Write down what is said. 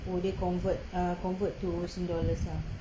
oh dia convert err convert to sing dollars ah